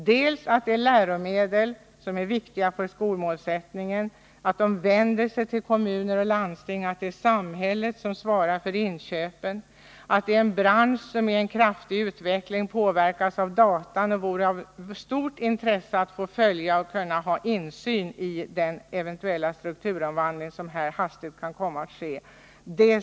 Dels producerar företaget läromedel som är viktiga för genomförandet av skolans målsättning, dels vänder man sig till kommuner och landsting — det är alltså samhället som svarar för inköpen —, dels är det en bransch vars utveckling kraftigt påverkas av datoriseringen. Det vore av stort intresse att få insyn i den eventuella strukturomvandling som här hastigt kan komma att ske.